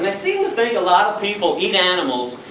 they seem to think a lot of people eat animals,